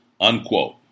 Unquote